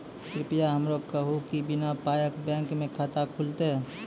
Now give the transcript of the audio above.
कृपया हमरा कहू कि बिना पायक बैंक मे खाता खुलतै?